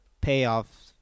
payoff